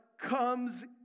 comes